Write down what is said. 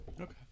Okay